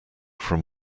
from